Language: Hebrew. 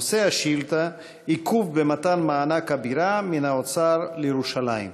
נושא השאילתה: עיכוב מתן מענק הבירה מהאוצר לירושלים.